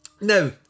now